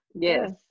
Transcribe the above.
yes